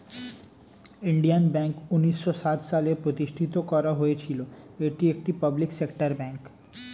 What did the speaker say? Indian Bank উন্নিশো সাত সালে প্রতিষ্ঠিত করা হয়েছিল, এটি একটি পাবলিক সেক্টর ব্যাঙ্ক